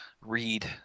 read